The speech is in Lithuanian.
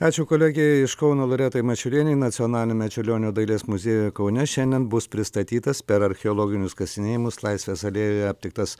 ačiū kolegei iš kauno loretai mačiulienei nacionaliniame čiurlionio dailės muziejuje kaune šiandien bus pristatytas per archeologinius kasinėjimus laisvės alėjoje aptiktas